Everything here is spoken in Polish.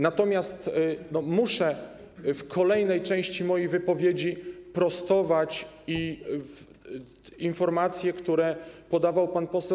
Natomiast muszę w kolejnej części mojej wypowiedzi prostować informacje, które podawał pan poseł.